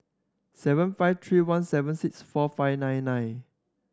seven five three one seven six four five nine nine